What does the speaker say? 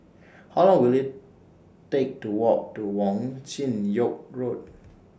How Long Will IT Take to Walk to Wong Chin Yoke Road